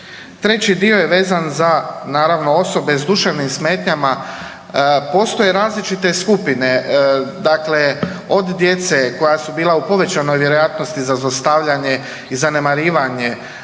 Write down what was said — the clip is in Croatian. Treći dio je vezan za naravno osobe s duševnim smetnjama, postoje različite skupine od djece koja su bila u povećanoj vjerojatnosti za zlostavljanje i zanemarivanje,